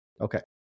okay